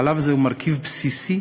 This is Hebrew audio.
חלב הוא מרכיב בסיסי